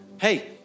Hey